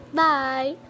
bye